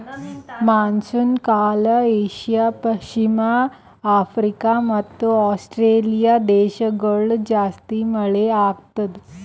monsoon ಕಾಲ Asia, ಪಶ್ಚಿಮ Africa ಮತ್ತ ಆಸ್ಟ್ರೇಲಿಯಾ ದೇಶಗೊಳ್ದಾಗ್ ಜಾಸ್ತಿ ಮಳೆ ಆತ್ತುದ್